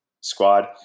squad